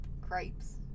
Crepes